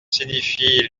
signifie